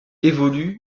évolue